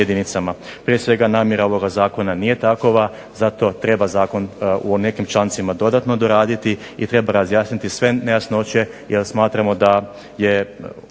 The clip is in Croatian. Prije svega namjera ovoga Zakona nije takova zato treba zakon u nekim člancima dodatno razraditi i treba razjasniti sve nejasnoće jer smatramo da je